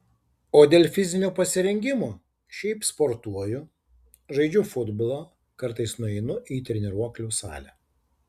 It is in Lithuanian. o dėl fizinio pasirengimo šiaip sportuoju žaidžiu futbolą kartais nueinu į treniruoklių salę